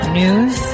news